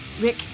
Rick